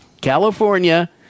California